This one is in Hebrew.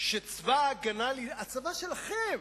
שצבא-ההגנה לישראל, הצבא שלכם,